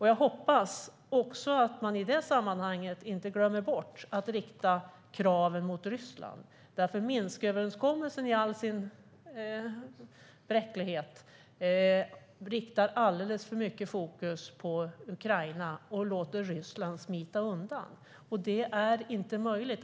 Jag hoppas också att man i det sammanhanget inte glömmer bort att rikta kraven mot Ryssland. Minsköverenskommelsen, i all sin bräcklighet, riktar nämligen alldeles för mycket fokus mot Ukraina och låter Ryssland smita undan. Det är inte möjligt.